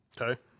Okay